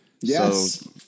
Yes